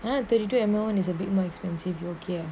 ah thirty two mm is a bit more expensive you okay ah